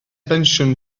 pensiwn